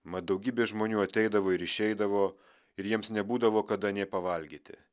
mat daugybė žmonių ateidavo ir išeidavo ir jiems nebūdavo kada nė pavalgyti